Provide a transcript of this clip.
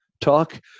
talk